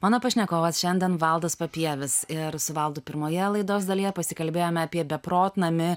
mano pašnekovas šiandien valdas papievis ir su valdu pirmoje laidos dalyje pasikalbėjome apie beprotnamį